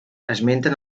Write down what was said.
esmenten